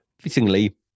fittingly